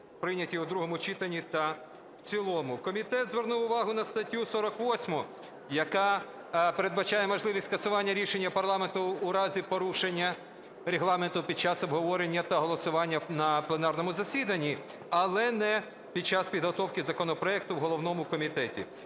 прийняті у другому читанні та в цілому. Комітет звернув увагу на статтю 48, яка передбачає скасування рішення парламенту у разі порушення Регламенту під час обговорення та голосування на пленарному засіданні, але не під час підготовки законопроекту в головному комітеті.